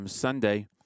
Sunday